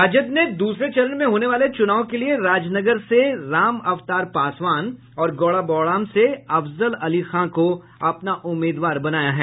राजद ने दूसरे चरण में होने वाले चुनाव के लिए राजनगर से राम अवतार पासवान और गौड़ा बौड़ाम से अफजल अली खां को अपना उम्मीदवार बनाया है